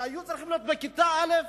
שהיו צריכים להיות בכיתה א',